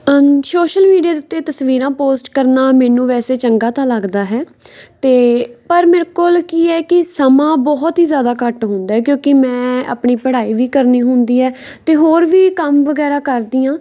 social media ਦੇ ਉੱਤੇ ਤਸਵੀਰਾਂ ਪੋਸਟ ਕਰਨਾ ਮੈਨੂੰ ਵੈਸੇ ਚੰਗਾ ਤਾਂ ਲੱਗਦਾ ਹੈ ਅਤੇ ਪਰ ਮੇਰੇ ਕੋਲ ਕੀ ਹੈ ਕਿ ਸਮਾਂ ਬਹੁਤ ਹੀ ਜ਼ਿਆਦਾ ਘੱਟ ਹੁੰਦਾ ਕਿਉਂਕਿ ਮੈਂ ਆਪਣੀ ਪੜ੍ਹਾਈ ਵੀ ਕਰਨੀ ਹੁੰਦੀ ਹੈ ਅਤੇ ਹੋਰ ਵੀ ਕੰਮ ਵਗੈਰਾ ਕਰਦੀ ਹਾਂ